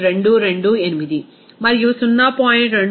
228 మరియు 0